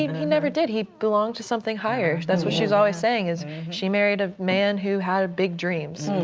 you know he never did. he belonged to something higher. that's what she's always saying, is she married a man who had big dreams.